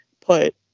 put